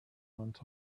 went